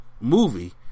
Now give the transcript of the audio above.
movie